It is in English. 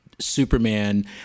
Superman